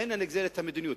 ממנה נגזרת המדיניות.